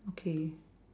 okay